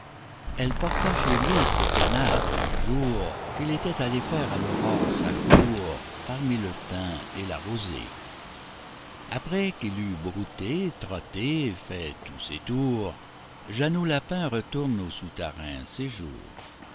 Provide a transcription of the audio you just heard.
elle porta chez lui ses pénates un jour qu'il était allé faire à l'aurore sa cour parmi le thym et la rosée après qu'il eut brouté trotté fait tous ses tours jeannot lapin retourne aux souterrains séjours